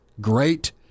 great